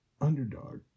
Underdog